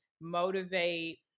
motivate